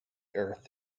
earth